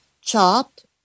chopped